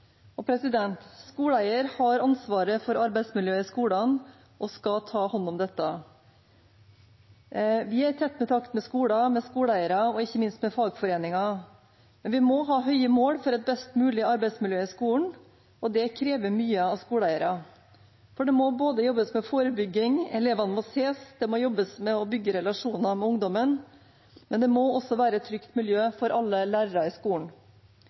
har ansvaret for arbeidsmiljøet i skolene og skal ta hånd om dette. Vi er i tett kontakt med skoler, med skoleeiere og ikke minst med fagforeninger. Men vi må ha høye mål for et best mulig arbeidsmiljø i skolen, og det krever mye av skoleeiere. Det må jobbes med forebygging, elevene må ses, det må jobbes med å bygge relasjoner med ungdommen, men det må også være et trygt miljø for alle lærere i skolen.